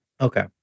Okay